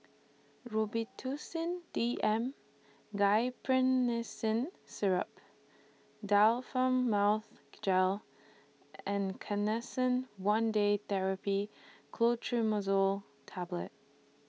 Robitussin D M Syrup Difflam Mouth Gel and Canesten one Day Therapy Clotrimazole Tablet